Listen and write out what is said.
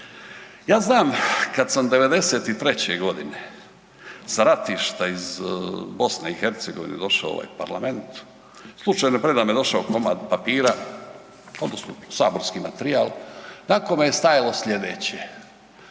Ja znam kad sam '93.g. s ratišta iz BiH došao u ovaj parlament, slučajno je predame došao komad papira odnosno saborski materijal na kome je stajalo slijedeće